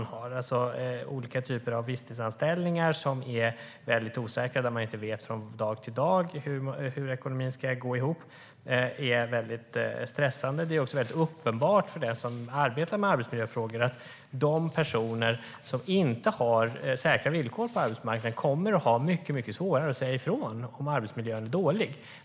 Det handlar om olika typer av visstidsanställningar som är väldigt osäkra och där man inte vet från dag till dag hur ekonomin ska gå ihop. Det är mycket stressande. Det är också uppenbart för den som arbetar med arbetsmiljöfrågor att de personer som inte har säkra villkor på arbetsmarknaden kommer att ha mycket svårare att säga ifrån om arbetsmiljön är dålig.